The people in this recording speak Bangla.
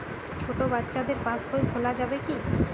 ছোট বাচ্চাদের পাশবই খোলা যাবে কি?